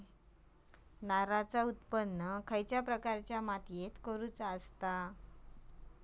नारळाचा उत्त्पन कसल्या प्रकारच्या मातीत करूचा असता?